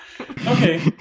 Okay